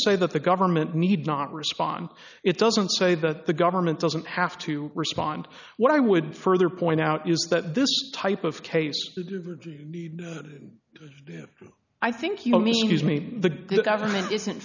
say that the government need not respond it doesn't say that the government doesn't have to respond what i would further point out is that this type of case i think you'll need to use me the government isn't